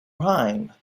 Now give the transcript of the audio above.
rhyme